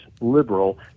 liberal